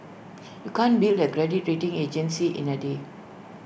you can't build A credit rating agency in A day